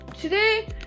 today